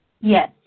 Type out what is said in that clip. Yes